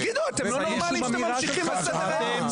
תגידו, אתם לא נורמליים שאתם ממשיכים בסדר היום.